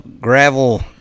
gravel